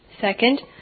Second